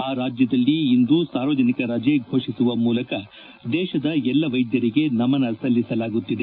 ಆ ರಾಜ್ಯದಲ್ಲಿ ಇಂದು ಸಾರ್ವತ್ರಿಕ ರಜೆ ಘೋಷಿಸುವ ಮೂಲಕ ದೇತದ ಎಲ್ಲಾ ವೈದ್ಯರಿಗೆ ನಮನ ಸಲ್ಲಿಸಲಾಗುತ್ತಿದೆ